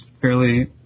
fairly